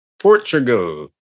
Portugal